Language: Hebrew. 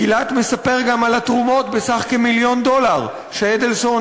גילת מספר גם על התרומות בסך כמיליון דולר שאדלסון